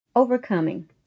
Overcoming